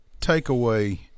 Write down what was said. takeaway